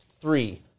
three